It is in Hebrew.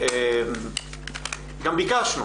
גם ביקשנו